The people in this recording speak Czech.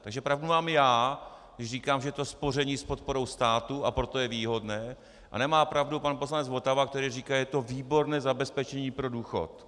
Takže pravdu mám já, když říkám, že je to spoření s podporou státu, a proto je výhodné, a nemá pravdu pan poslanec Votava, který říká, že to je výborné zabezpečení pro důchod.